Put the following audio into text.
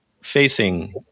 facing